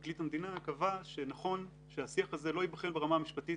פרקליט המדינה קבע שנכון שהשיח הזה לא ייבחן ברמה המשפטית,